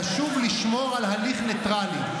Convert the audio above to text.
חשוב לשמור על הליך ניטרלי,